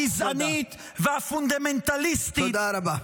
הגזענית והפונדמנטליסית -- תודה רבה.